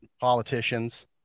politicians